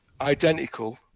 identical